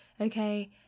okay